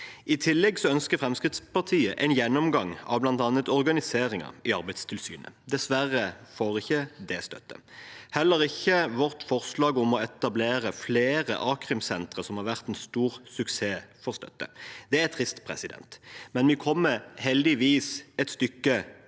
I tillegg ønsker Fremskrittspartiet en gjennomgang av bl.a. organiseringen i Arbeidstilsynet. Dessverre får ikke det støtte. Heller ikke vårt forslag om å etablere flere a-krimsentre, som har vært en stor suksess, får støtte. Det er trist, men vi kommer heldigvis et stykke